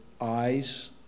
eyes